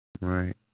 Right